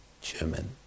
German